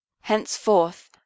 henceforth